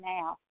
now